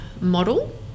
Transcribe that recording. model